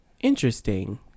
interesting